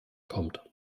kommt